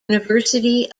university